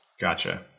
Gotcha